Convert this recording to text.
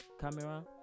camera